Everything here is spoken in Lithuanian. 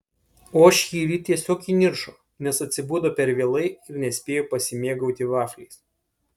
o šįryt tiesiog įniršo nes atsibudo per vėlai ir nespėjo pasimėgauti vafliais